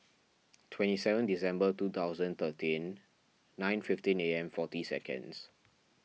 twenty seven December two thousand thirteen nine fifteen A M forty seconds